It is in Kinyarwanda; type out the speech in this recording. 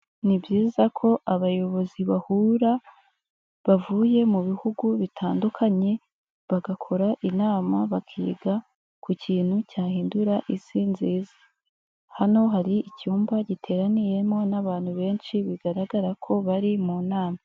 Ni byiza ko abayobozi bahura bavuye mu bihugu bitandukanye, bagakora inama bakiga ku kintu cyahindura isi nziza, hano hari icyumba giteraniyemo n'abantu benshi bigaragarako bari mu nama.